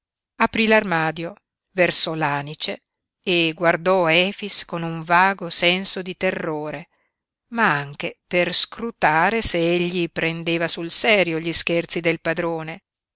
aprí l'armadio versò l'anice e guardò efix con un vago senso di terrore ma anche per scrutare se egli prendeva sul serio gli scherzi del padrone